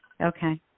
okay